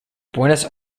buenos